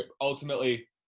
ultimately